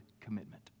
commitment